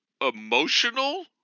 emotional